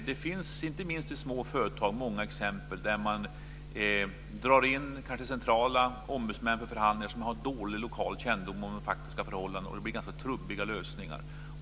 Det finns inte minst i små företag många exempel där man kanske drar in centrala ombudsmän för en förhandling som har dålig lokalkännedom om de faktiska förhållandena, och det blir ganska trubbiga lösningar.